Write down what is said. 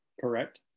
Correct